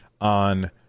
on